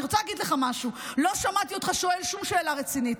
אני רוצה להגיד לך משהו: לא שמעתי אותך שואל שום שאלה רצינית,